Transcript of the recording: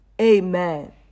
Amen